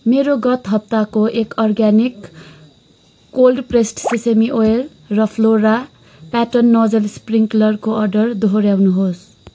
मेरो गत हप्ताको एक organic cold pressed sesame oil र फ्लोरा प्याटर्न नोजल स्प्रिङ्कलरको अर्डर दोहोऱ्याउनुहोस्